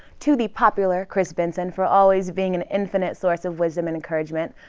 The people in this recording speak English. to the popular chris benson for always being an infinite source of wisdom and encouragement,